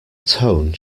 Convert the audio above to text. tone